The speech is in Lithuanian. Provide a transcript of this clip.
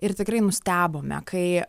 ir tikrai nustebome kai